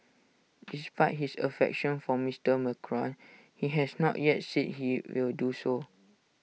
despite his affection for Mister Macron he has not yet said he will do so